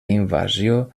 invasió